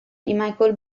michael